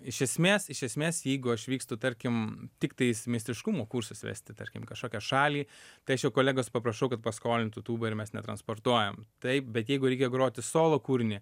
iš esmės iš esmės jeigu aš vykstu tarkim tiktais meistriškumo kursus vesti tarkim kažkokią šalį tai aš jau kolegos paprašau kad paskolintų tūbą ir mes netransportuojam taip bet jeigu reikia groti solo kūrinį